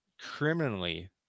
criminally